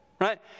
right